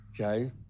okay